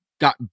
got